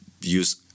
use